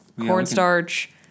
cornstarch